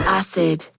acid